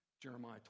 Jeremiah